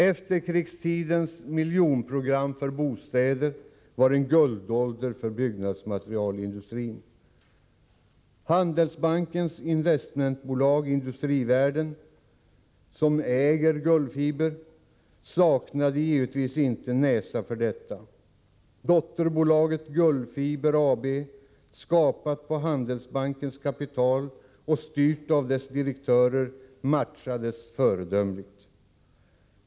Efterkrigstidens miljonprogram för bostäder var en guldålder för byggnadsmaterialindustrin. Handelsbankens investmentbolag Industrivärden, som äger Gullfiber, saknade givetvis inte näsa för detta. Dotterbolaget Gullfiber AB, skapat på Handelsbankens kapital och styrt av dess direktörer, matchades föredömligt.